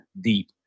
deep